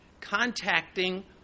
contacting